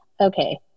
okay